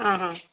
ହଁ ହଁ